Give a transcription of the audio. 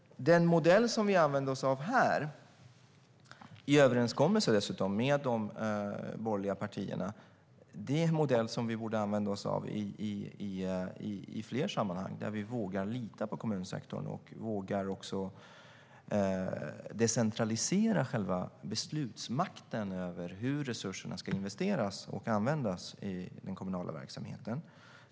Den modell som vi använder oss av här, och dessutom i överenskommelse med de borgerliga partierna, är en modell som vi borde använda oss av i fler sammanhang. Där vågar vi lita på kommunsektorn och vågar också decentralisera själva beslutsmakten över hur resurserna ska investeras och användas i den kommunala verksamheten.